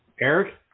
Eric